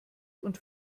und